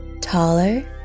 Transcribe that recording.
taller